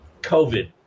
COVID